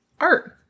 art